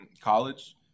college